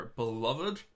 beloved